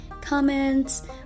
comments